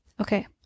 Okay